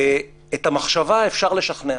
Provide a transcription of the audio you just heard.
את המחשבה אפשר לשכנע